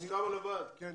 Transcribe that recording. מוסכם על הוועד?